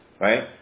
right